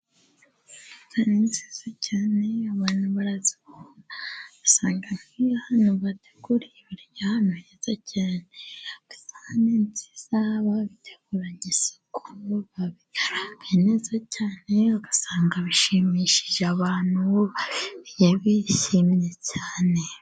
Inyama ni nziza cyane, abantu barazikunda usanga nkiyo ahantu bateguriye ibiryo, hameze neza cyane ku isahani nziza, babiteguranye isuku, babikaranga neza cyane, ugasanga bishimishije abantu babiriye bishimye cyane.